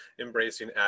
embracing